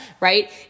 right